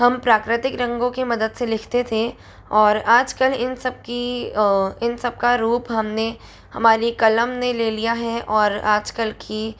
हम प्राकृतिक रंगों की मदद से लिखते थे और आजकल इन सब की इन सब का रूप हमने हमारी कलम ने ले लिया है और आजकल की